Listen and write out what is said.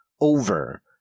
over